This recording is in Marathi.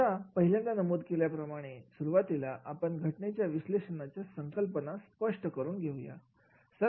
आतापहिल्यांदा नमूद केल्याप्रमाणे सुरुवातीला आपण घटनेच्या विश्लेषणाच्या संकल्पना स्पष्ट करून घेऊया